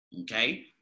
okay